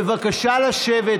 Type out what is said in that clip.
בבקשה לשבת,